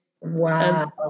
Wow